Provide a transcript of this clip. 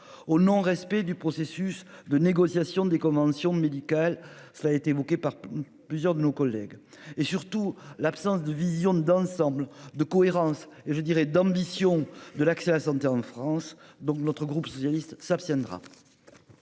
au non respect du processus de négociation des conventions médicales. Cela a été évoqué par plusieurs de nos collègues et surtout l'absence de vision d'ensemble de cohérence et je dirais d'ambition, de l'accès à la santé en France. Donc, notre groupe socialiste s'abstiendra.